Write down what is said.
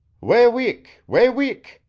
way wik! way wik!